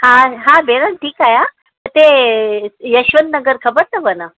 हा हा भेण ठीकु आहियां हिते यशवंत नगर ख़बरु अथव न